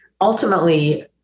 ultimately